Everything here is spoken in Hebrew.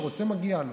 כל מי שרוצה, מגיע לו.